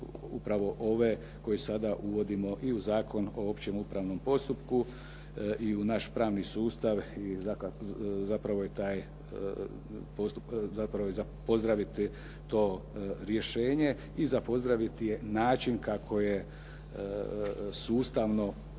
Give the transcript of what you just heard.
upravo ove koje sada uvodimo i u Zakon o općem upravnom postupku i u naš pravni sustav i zapravo je za pozdraviti to rješenje i za pozdraviti je način kako je sustavno